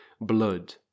Blood